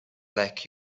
like